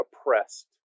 oppressed